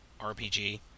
RPG